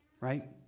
right